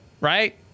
right